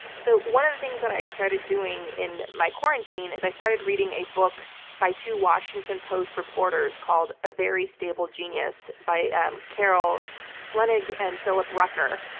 so one of the things that i started doing in my quarantine is i started reading a book by two washington post reporters called a very stable genius by carol leonnig and philip rucker.